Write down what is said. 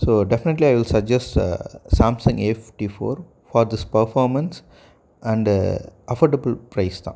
so definitely I will suggest Samsung A fifty four for this performance and affordable price தான்